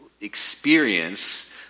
experience